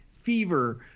fever